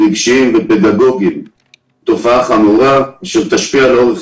רגשיים ופדגוגיים היא תופעה חמורה שעוד תשפיע לאורך